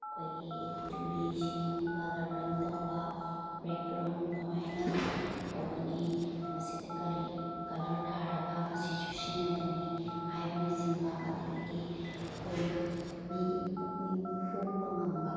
ꯑꯩꯈꯣꯏꯒꯤ ꯇꯨꯔꯤꯁꯤꯡ ꯀꯂ꯭ꯔꯔꯤꯡ ꯇꯧꯕ ꯕꯦꯛꯒ꯭ꯔꯥꯎꯟ ꯀꯃꯥꯏꯅ ꯇꯧꯒꯅꯤ ꯃꯁꯤꯗ ꯀꯔꯤ ꯀꯂ꯭ꯔ ꯊꯥꯔꯒ ꯃꯁꯤ ꯆꯨꯁꯤꯟꯅꯒꯅꯤ ꯍꯥꯏꯕꯅꯆꯤꯡꯕ ꯑꯗꯨꯗꯒꯤ ꯑꯩꯈꯣꯏꯅ ꯃꯤꯒꯤ ꯄꯨꯛꯅꯤꯡ ꯍꯨꯕ ꯉꯝꯕ